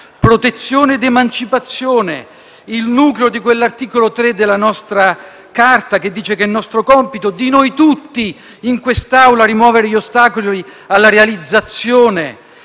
protezione ed emancipazione. E mi riferisco al nucleo di quell'articolo 3 della nostra Carta, che dice che è nostro compito, di noi tutti in quest'Aula, rimuovere gli ostacoli alla realizzazione